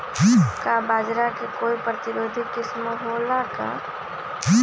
का बाजरा के कोई प्रतिरोधी किस्म हो ला का?